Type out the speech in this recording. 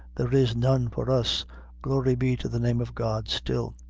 there is none for us glory be to the name of god, still.